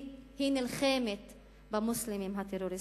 היא נלחמת במוסלמים הטרוריסטים.